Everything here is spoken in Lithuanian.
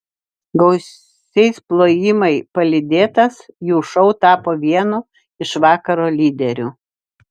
gausiais plojimai palydėtas jų šou tapo vienu iš vakaro lyderių